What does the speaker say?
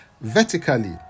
vertically